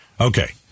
Okay